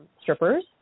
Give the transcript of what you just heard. strippers